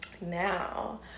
Now